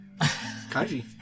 Kaiji